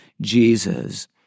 Jesus